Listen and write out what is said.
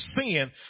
sin